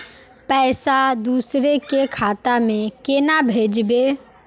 पैसा दूसरे के खाता में केना भेजबे?